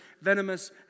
venomous